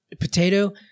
potato